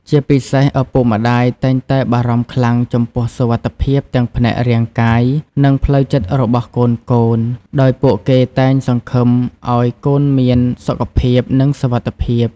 ជាពិសេស ឪពុកម្ដាយតែងតែបារម្ភខ្លាំងចំពោះសុវត្ថិភាពទាំងផ្នែករាងកាយ និងផ្លូវចិត្តរបស់កូនៗ ដោយពួកគេតែងសង្ឃឹមឲ្យកូនមានសុខភាព និងសុវត្ថិភាព។